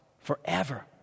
forever